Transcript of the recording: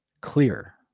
clear